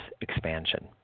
expansion